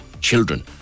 children